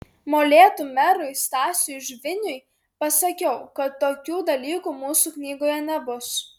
molėtų merui stasiui žviniui pasakiau kad tokių dalykų mūsų knygoje nebus